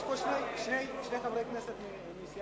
יש פה הבהרה שביקשה האופוזיציה: כאשר שני המציעים התייחסו לנושא